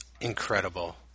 incredible